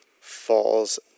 falls